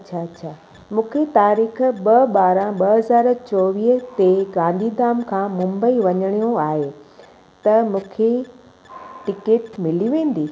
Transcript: अछा अछा मूंखे तारीख़ ॿ ॿारहं ॿ हज़ार चोवीह ते गांधीधाम खां मुंबई वञणो आहे त मूंखे टिकेट मिली वेंदी